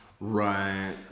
Right